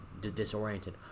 disoriented